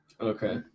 Okay